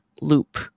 loop